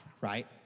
right